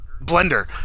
Blender